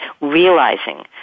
realizing